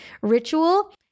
ritual